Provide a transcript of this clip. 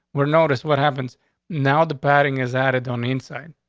were noticed. what happens now? the padding is added on inside,